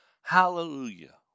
HALLELUJAH